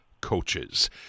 coaches